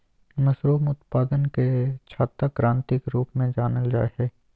mushroom उत्पादन के छाता क्रान्ति के रूप में जानल जाय हइ